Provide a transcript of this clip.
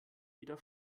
wieder